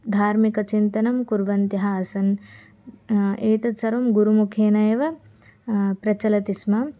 धार्मिकचिन्तनं कुर्वन्त्यः आसन् एतत् सर्वं गुरुमुखेन एव प्रचलति स्म